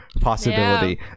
possibility